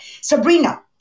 Sabrina